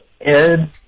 Ed